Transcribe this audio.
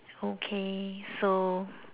okay so